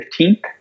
15th